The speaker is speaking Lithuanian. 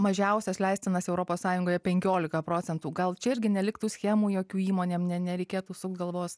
mažiausias leistinas europos sąjungoje penkiolika procentų gal čia irgi neliktų schemų jokių įmonėm ne nereikėtų sukt galvos